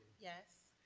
yes.